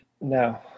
No